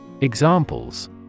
Examples